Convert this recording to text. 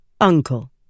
Uncle